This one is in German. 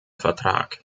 vertrag